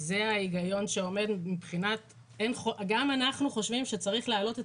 זה ההיגיון שעומד גם אנחנו חושבים שצריך להעלות את